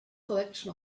collection